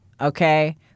okay